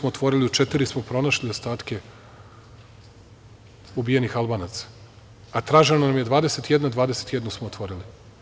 U četiri smo pronašli ostatke ubijenih Albanaca, a traženo nam je 21 i 21 smo otvorili.